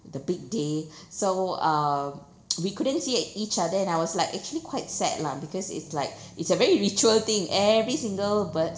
the big day so uh we couldn't see ea~ each other and I was like actually quite sad lah because it's like it's a very ritual thing every single birth~